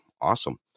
awesome